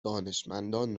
دانشمندان